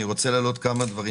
אני רוצה להעלות כמה דברים.